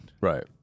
Right